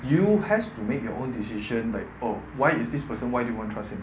you have to make their own decision like oh why is this person why do you want to trust him